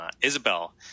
Isabel